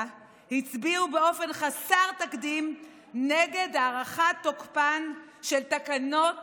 הצביעו באופן חסר תקדים נגד הארכת תוקפן של תקנות